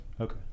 Okay